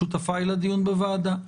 שותפיי לדיון בוועדה.